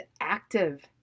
active